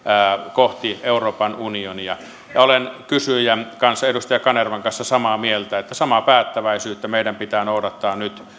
kohti euroopan unionia olen kysyjän edustaja kanervan kanssa samaa mieltä että samaa päättäväisyyttä meidän pitää noudattaa nyt